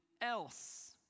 else